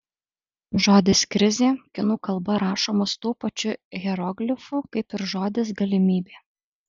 žodis krizė kinų kalba rašomas tuo pačiu hieroglifu kaip ir žodis galimybė